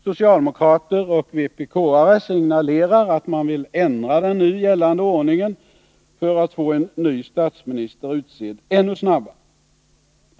Socialdemokrater och vpk-are signalerar att man vill ändra den nu gällande ordningen för att få en ny statsminister utsedd ännu snabbare.